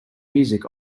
music